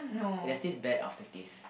there's this bad aftertaste